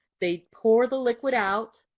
they pour the liquid out,